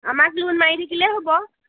আমাক লোন মাৰি থাকিলে হ'ব